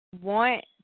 want